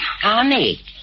Connie